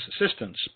assistance